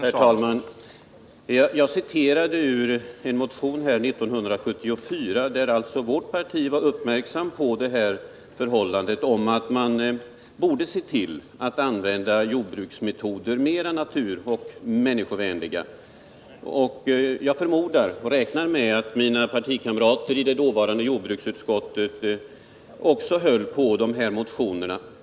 Herr talman! Jag citerade ur en motion från 1974, där vårt parti Onsdagen den uppmärksammade det förhållandet att man borde använda mer naturoch 21 november 1979 människovänliga metoder inom jordbruket. Jag räknar med att mina partikamrater i det dåvarande jordbruksutskottet tillstyrkte den motionen.